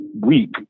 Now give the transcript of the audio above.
week